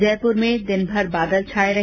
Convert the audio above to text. जयपुर में दिनभर बादल छये रहे